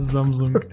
Samsung